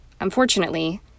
Unfortunately